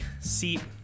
seat